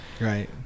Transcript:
Right